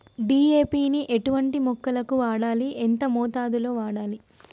DAP ని ఎటువంటి మొక్కలకు వాడాలి? ఎంత మోతాదులో వాడాలి?